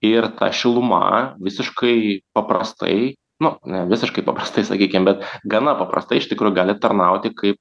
ir ta šiluma visiškai paprastai nu ne visiškai paprastai sakykim bet gana paprastai iš tikro gali tarnauti kaip